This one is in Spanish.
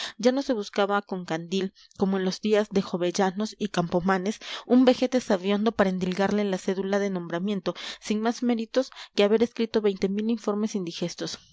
ya no se buscaba con candil como en los días de jovellanos y campomanes un vejete sabihondo para endilgarle la cédula de nombramiento sin más méritos que haber escrito veinte mil informes indigestos